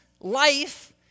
life